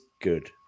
good